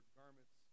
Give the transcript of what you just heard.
garments